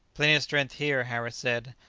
plenty of strength here, harris said,